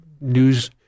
news